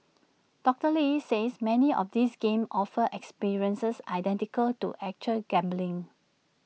doctor lee says many of these games offer experiences identical to actual gambling